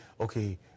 Okay